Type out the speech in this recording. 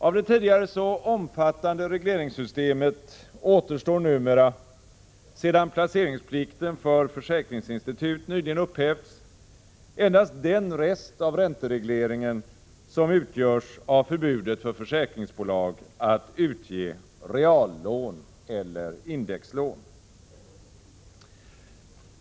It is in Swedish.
Av det tidigare så omfattande regleringssystemet återstår numera — sedan placeringsplikten för försäkringsinstitut nyligen upphävts — endast den rest av ränteregleringen som utgörs av förbudet för försäkringsbolag att utge reallån eller indexlån.